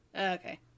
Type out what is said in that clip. Okay